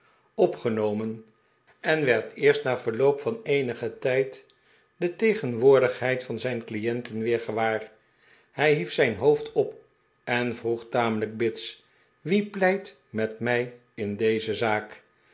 opgenomen en werd eerst na verloop van eenigen tijd de tegenwoordigheid van zijn clienten weer gewaar hij hief zijn hoofd op en vroeg tamelijk bits wie pleit met mij in deze zaak